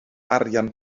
arian